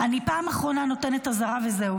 פעם אחרונה אני נותנת אזהרה וזהו.